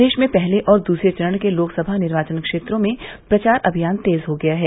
प्रदेश में पहले और दूसरे चरण के लोकसभा निर्वाचन क्षेत्रों में प्रचार अभियान तेज हो गया है